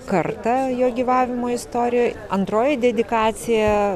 kartą jo gyvavimo istorijoj antroji dedikacija